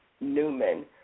Newman